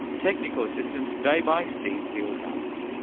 technical assistance today by steve fieldhouse.